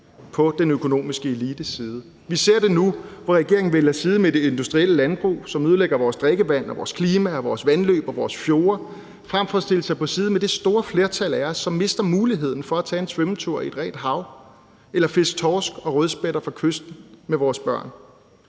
på den økonomiske elites side. Vi ser det nu, hvor regeringen vælger side med det industrielle landbrug, som ødelægger vores drikkevand, vores klima, vores vandløb og vores fjorde, frem for at stille sig på side med det store flertal af os, som mister muligheden for at tage en svømmetur i et rent hav eller fiske torsk og rødspætter fra kysten med vores børn.